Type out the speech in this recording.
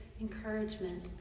encouragement